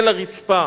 אל הרצפה.